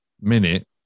minute